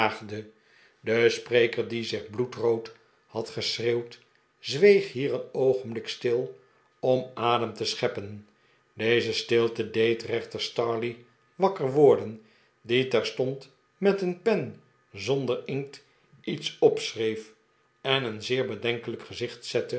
de spreker die zich bloedrood had geschreeuwd zweeg hier een oogenblik stir om adem te scheppen deze stilte deed rechter stareleigh wakker worden die terstond met een pen zonder inkt iets opschreef en een zeer bedenkelijk gezicht zette